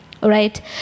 right